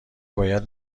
باید